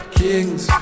kings